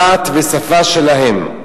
הדת והשפה שלהם.